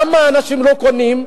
למה אנשים לא קונים?